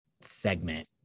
segment